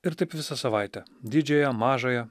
ir taip visą savaitę didžiąją mažąją